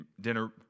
dinner